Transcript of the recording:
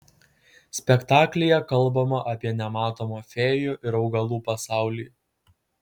spektaklyje kalbama apie nematomą fėjų ir augalų pasaulį